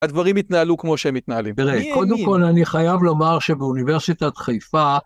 הדברים התנהלו כמו שהם מתנהלים. תראה, קודם כל אני חייב לומר שבאוניברסיטת חיפה...